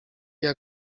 jak